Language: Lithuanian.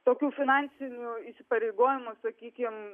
tokių finansinių įsipareigojimų sakykim